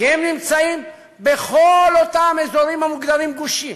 כי הם נמצאים בכל אותם אזורים המוגדרים גושים.